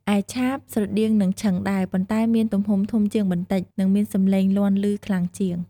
ឯឆាប ស្រដៀងនឹងឈិងដែរ ប៉ុន្តែមានទំហំធំជាងបន្តិច និងមានសំឡេងលាន់ឮខ្លាំងជាង។